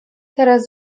teraz